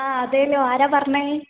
ആ അതെ അല്ലോ ആരാണ് പറഞ്ഞത്